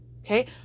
Okay